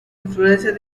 influencia